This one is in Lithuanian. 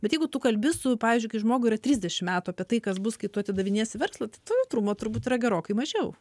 bet jeigu tu kalbi su pavyzdžiui kai žmogui yra trisdešimt metų apie tai kas bus kai tu atidavinėsi verslą tai to jautrumo turbūt yra gerokai mažiau